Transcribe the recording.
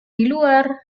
diluar